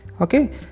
Okay